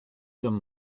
them